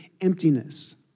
emptiness